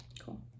cool